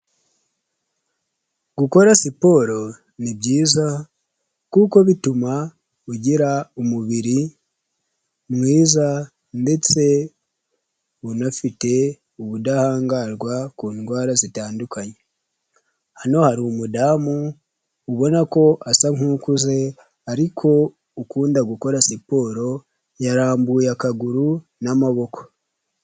Gukora siporo ni byiza, kuko bituma ugira umubiri mwiza ndetse unafite ubudahangarwa ku ndwara zitandukanye. Hano hari umudamu ubona ko asa nk'ukuze ariko ukunda gukora siporo yarambuye akaguru n'amaboko.